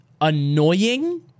annoying